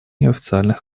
неофициальных